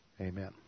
Amen